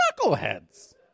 knuckleheads